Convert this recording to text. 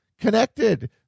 connected